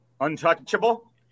Untouchable